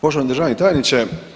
Poštovani državni tajniče.